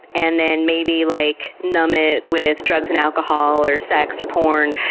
and then maybe like numb it with drugs and alcohol, or sex or porn.